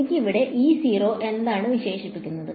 എനിക്ക് ഇവിടെ എന്താണ് അവശേഷിക്കുന്നത്